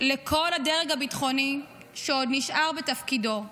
לכל הדרג הביטחוני שעוד נשאר בתפקידו: